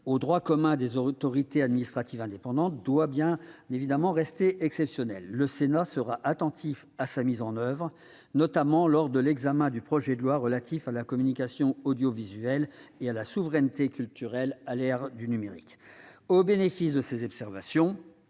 au droit commun des autorités administratives indépendantes, doit rester exceptionnelle. Le Sénat sera attentif à sa mise en oeuvre, notamment lors de l'examen du projet de loi relatif à la communication audiovisuelle et à la souveraineté culturelle à l'ère numérique. Au bénéfice de ces observations,